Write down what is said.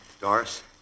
Doris